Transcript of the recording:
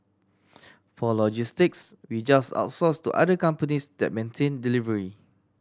for logistics we just outsource to other companies that maintain delivery